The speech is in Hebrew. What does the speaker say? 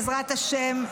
בעזרת השם,